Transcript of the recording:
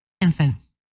infants